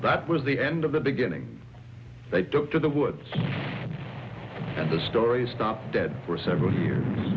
that was the end of the beginning they took to the words and the story stopped dead for several years